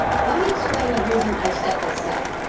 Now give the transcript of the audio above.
let me explain the reason i set this up.